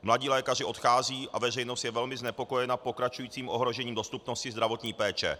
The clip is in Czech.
Mladí lékaři odcházejí a veřejnost je velmi znepokojena pokračujícím ohrožením dostupnosti zdravotní péče.